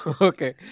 okay